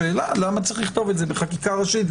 השאלה היא למה צריך לכתוב את זה בחקיקה ראשית,